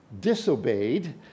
disobeyed